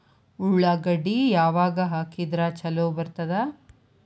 ಉಳ್ಳಾಗಡ್ಡಿ ಯಾವಾಗ ಹಾಕಿದ್ರ ಛಲೋ ಬರ್ತದ?